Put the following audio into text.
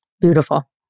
Beautiful